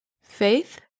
Faith